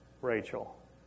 Rachel